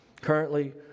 Currently